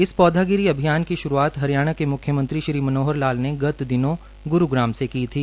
इस पौधागिरी अभियान की श्रूआत हरियाणा के म्ख्यमंत्री श्री मनोहरलाल ने गत दिनों ग्रुग्राम से की थी